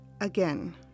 again